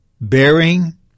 bearing